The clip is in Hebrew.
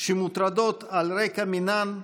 שמוטרדות על רקע מינן,